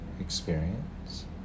experience